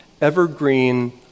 Evergreen